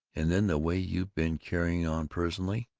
and then the way you been carrying on personally!